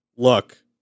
Look